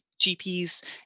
GPs